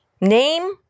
Name